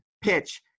PITCH